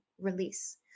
release